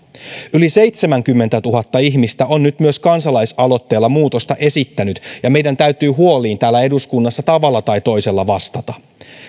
yli seitsemänkymmentätuhatta ihmistä on nyt myös kansalaisaloitteella muutosta esittänyt ja meidän täytyy huoliin täällä eduskunnassa tavalla tai toisella vastata